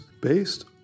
based